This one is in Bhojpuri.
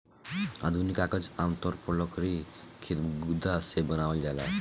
आधुनिक कागज आमतौर पर लकड़ी के गुदा से बनावल जाला